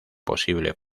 posible